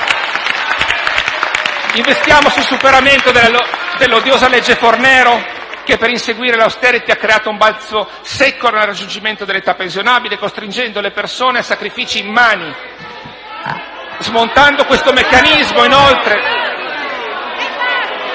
Investiamo sul superamento dell'odiosa legge Fornero, che per inseguire l'*austerity* ha creato un balzo secco nel raggiungimento dell'età pensionabile, costringendo le persone a sacrifici immani. *(Commenti dei senatori